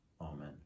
Amen